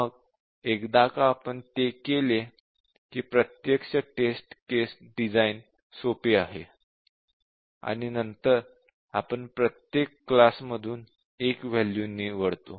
मग एकदा का आपण ते केले की प्रत्यक्ष टेस्ट केस डिझाइन सोपे आहे आणि नंतर आपण प्रत्येका क्लास मधून एक वॅल्यू निवडतो